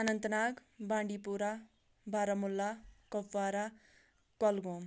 اَنَنٛت Nag Bandipora Baramulla Kupwara Kulgam